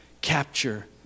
Capture